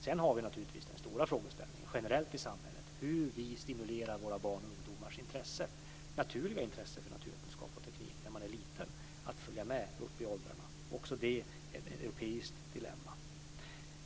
Sedan har vi naturligtvis den stora frågeställningen generellt i samhället: Hur stimulerar vi barns och ungdomars - naturliga! - intresse för naturvetenskap och teknik när de är små att följa med upp i åldrarna? Också det är ett europeiskt dilemma.